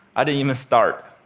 i didn't even start.